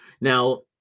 Now